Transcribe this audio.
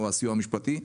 או הסיוע המשפטי.